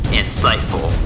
insightful